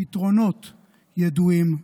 הפתרונות ידועים,